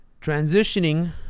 Transitioning